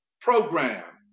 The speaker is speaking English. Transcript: program